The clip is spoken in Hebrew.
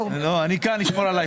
אני כאן כדי לשמור עליך.